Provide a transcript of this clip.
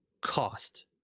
cost